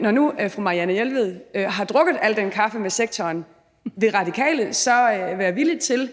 Når nu fru Marianne Jelved har drukket al den kaffe med sektoren, vil Radikale så være villige til